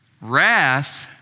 Wrath